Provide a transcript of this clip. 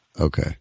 Okay